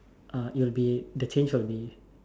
uh it will be the change will be